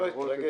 טרגדיה.